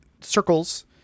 Circles